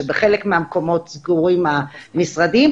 שבחלק מהמקומות סגורים המשרדים,